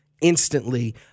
Instantly